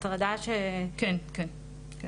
זה